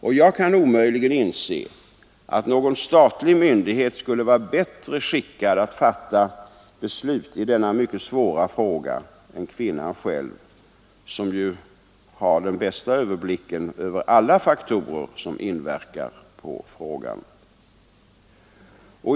Och jag kan omöjligen inse att någon statlig myndighet skulle vara bättre skickad att fatta beslut i denna mycket svåra fråga än kvinnan själv som ju dock har den bästa överblicken över alla faktorer som inverkar på frågan.